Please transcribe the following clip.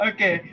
Okay